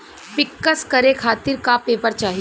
पिक्कस करे खातिर का का पेपर चाही?